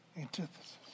Antithesis